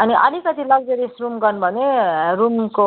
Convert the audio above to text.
अनि अलिकति luxurious room गर्नुभयो भने रुमको